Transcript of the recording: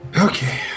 Okay